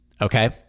okay